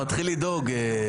הצענו לבועז לקבוע שישה וחמישה,